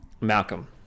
Malcolm